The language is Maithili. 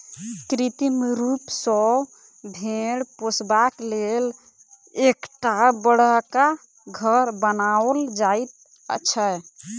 कृत्रिम रूप सॅ भेंड़ पोसबाक लेल एकटा बड़का घर बनाओल जाइत छै